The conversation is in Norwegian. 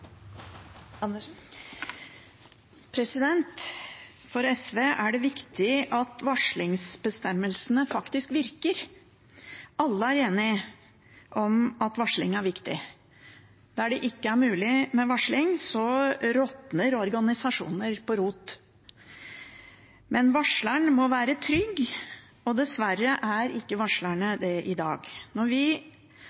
enige om at varsling er viktig. Der det ikke er mulig med varsling, råtner organisasjoner på rot. Varsleren må være trygg, men det er dessverre ikke